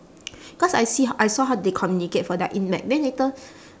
cause I see h~ I saw how they communicate for their then later